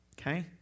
Okay